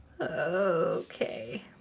Okay